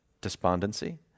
despondency